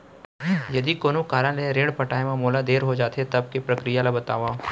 यदि कोनो कारन ले ऋण पटाय मा मोला देर हो जाथे, तब के प्रक्रिया ला बतावव